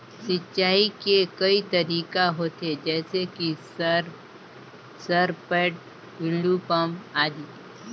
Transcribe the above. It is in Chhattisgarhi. सिंचाई के कई तरीका होथे? जैसे कि सर सरपैट, टुलु पंप, आदि?